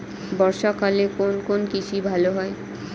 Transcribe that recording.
বর্ষা কালে কোন কোন কৃষি ভালো হয়?